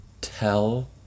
tell